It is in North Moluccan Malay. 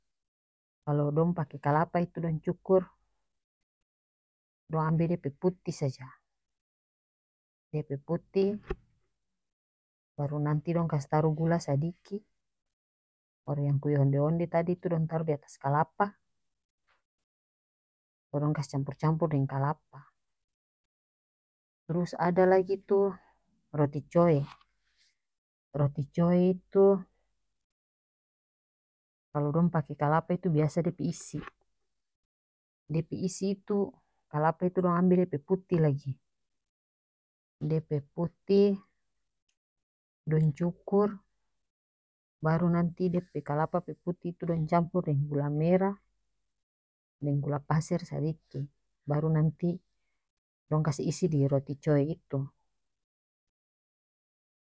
Kalo dong pake kalapa itu dong cukur dong ambe dia pe putih saja dia pe putih baru nanti dong kase taruh gula sadiki baru kui onde onde tadi tu dong taruh diatas kalapa kong dong kas campur campur deng kalapa trus ada lagi tu roti coe roti coe itu kalo dong pake kalapa itu biasa dia pe isi dia pe isi itu kalapa itu dong ambe dia pe putih lagi dia pe putih dong cukur baru nanti dia pe kalapa pe putih itu dong campur deng gula merah deng gula paser sadiki baru nanti dong kase isi di roti coe itu.